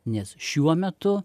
nes šiuo metu